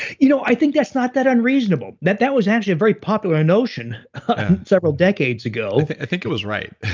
you know i think that's not that unreasonable. that that was actually a very popular notion several decades ago. i think it was right.